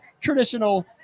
traditional